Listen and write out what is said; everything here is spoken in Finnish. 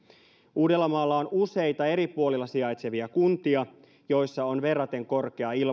uudellamaalla on useita eri puolilla sijaitsevia kuntia joissa on verraten korkea